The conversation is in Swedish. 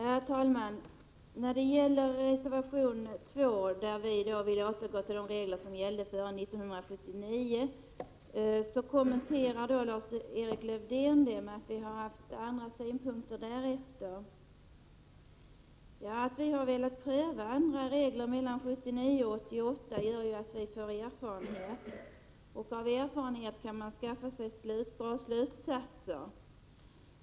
Herr talman! Med reservation 2 anger vi att vi vill återgå till de regler som gällde före 1979. Det kommenterade Lars-Erik Lövdén med att vi har haft andra synpunkter därefter. Att vi har velat pröva andra regler mellan 1979 och 1988 har betytt att vi har fått erfarenhet. Av erfarenhet kan man dra slutsatser.